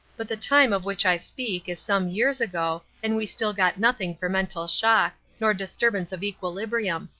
but the time of which i speak is some years ago and we still got nothing for mental shock, nor disturbance of equilibrium.